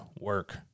work